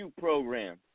program